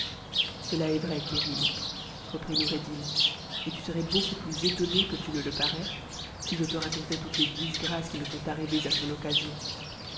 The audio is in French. cela est vrai kérim reprit noureddin et tu serais beaucoup plus étonné que tu ne le parais si je te racontais toutes les dis tces qui me sont arrivées à son occasion